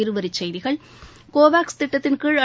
இருவரிச்செய்திகள் கோவேக்ஸ் திட்டத்தின் கீழ்